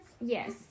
yes